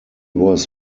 was